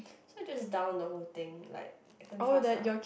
so I just down the whole thing like damn fast lah